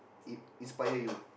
in~ inspire you